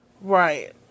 Right